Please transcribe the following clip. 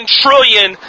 trillion